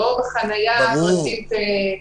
לא חנייה פרטית.